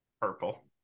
purple